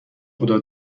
خدا